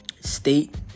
state